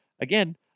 again